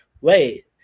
wait